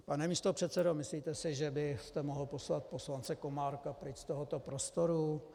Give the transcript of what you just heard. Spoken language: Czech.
Pane místopředsedo, myslíte si, že byste mohl poslat poslance Komárka pryč z tohoto prostoru?